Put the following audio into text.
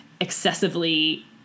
excessively